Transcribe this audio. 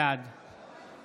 בעד